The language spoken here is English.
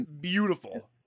beautiful